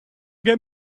get